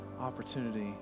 Opportunity